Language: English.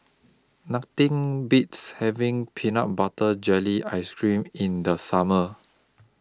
Nothing Beats having Peanut Butter Jelly Ice Cream in The Summer